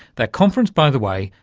that conference, by the way,